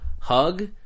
hug